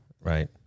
Right